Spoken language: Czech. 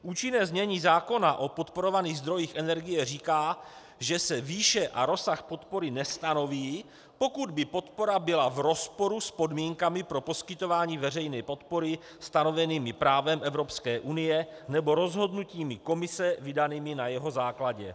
Účinné znění zákona o podporovaných zdrojích energie říká, že se výše a rozsah podpory nestanoví, pokud by podpora byla v rozporu s podmínkami pro poskytování veřejné podpory stanovenými právem Evropské unie nebo rozhodnutími Komise vydanými na jeho základě.